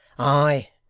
ay,